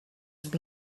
could